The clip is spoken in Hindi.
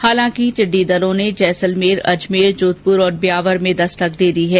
हालांकि टिड्डी दल ने जैसलमेरअजमेरजोधपुर और व्यावर में दस्तक दे दी है